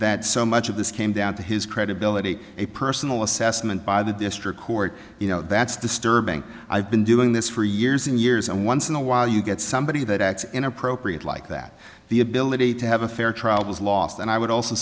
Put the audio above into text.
that so much of this came down to his credibility a personal assessment by the district court you know that's disturbing i've been doing this for years and years and once in a while you get somebody that acts inappropriate like that the ability to have a fair trial was lost and i would also